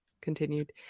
continued